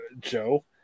Joe